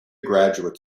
graduate